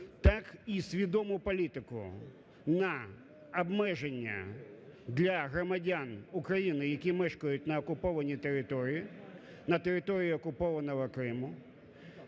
так і свідому політику на обмеження для громадян України, які мешкають на окупованій території, на території окупованого Криму,